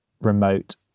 remote